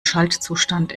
schaltzustand